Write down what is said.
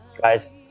guys